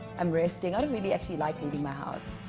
i'm resting i don't really actually likely be my house